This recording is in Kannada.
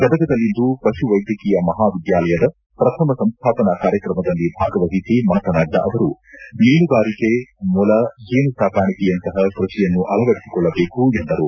ಗದಗದಲ್ಲಿಂದು ಪಶುವೈದ್ಯಕೀಯ ಮಹಾವಿದ್ಯಾಲಯದ ಪ್ರಥಮ ಸಂಸ್ಥಾಪನಾ ಕಾರ್ಯಕ್ರಮದಲ್ಲಿ ಭಾಗವಹಿಸಿ ಮಾತನಾಡಿದ ಅವರು ಮೀನುಗಾರಿಕೆ ಮೊಲ ಜೇನುಸಾಗಾಣಿಕೆಯಂತಹ ಕೃಷಿಯನ್ನು ಅಳವಡಿಸಿಕೊಳ್ಳಬೇಕೆಂದರು